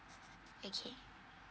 okay